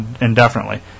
indefinitely